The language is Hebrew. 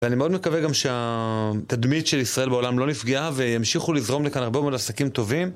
ואני מאוד מקווה גם שהתדמית של ישראל בעולם לא נפגעה וימשיכו לזרום לכאן הרבה מאוד עסקים טובים.